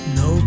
no